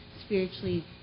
spiritually